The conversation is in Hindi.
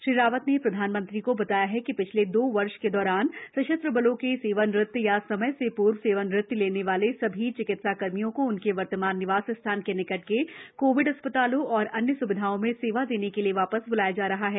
श्री रावत ने प्रधानमंत्री को बताया कि पिछले दो वर्ष के दौरान सशस्त्र बलों के सेवानिवृत्त या समय से पूर्व सेवानिवृत्ति लेने वाले सभी चिकित्सा कर्मियों को उनके वर्तमान निवास स्थान के निकट के कोविड अस्पतालों और अन्य सुविधाओं में सेवा देने के लिए वापस ब्लाया जा रहा है